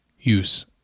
use